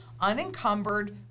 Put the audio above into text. unencumbered